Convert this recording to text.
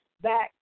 back